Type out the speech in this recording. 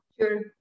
Sure